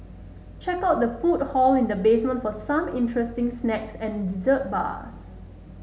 check out the food hall in the basement for some interesting snacks and dessert bars